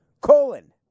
colon